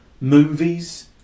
movies